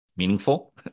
meaningful